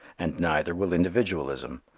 and neither will individualism,